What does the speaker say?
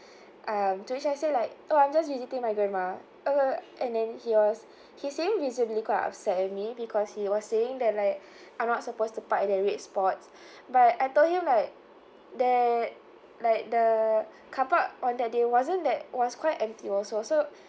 um to which I say like oh I'm just visiting my grandma uh and then he was he seemed visibly quite upset with me because he was saying that like I'm not supposed to park at the red spot but I told him like that like the car park on that day wasn't that was quite empty also so